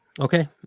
Okay